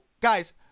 guys